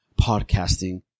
podcasting